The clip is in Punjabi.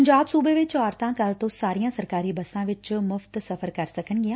ਪੰਜਾਬ ਵਿਚ ਔਰਤਾਂ ਕੱਲ੍ਹ ਤੋਂ ਸਾਰੀਆਂ ਸਰਕਾਰੀ ਬੱਸਾਂ ਚ ਮੁਫ਼ਤ ਸਫ਼ਰ ਕਰ ਸਕਣਗੀਆਂ